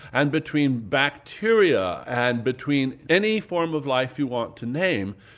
and between bacteria, and between any form of life you want to name.